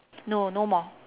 no no more